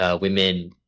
Women